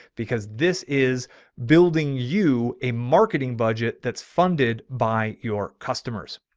because this is building you a marketing budget that's funded by your customers.